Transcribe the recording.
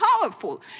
powerful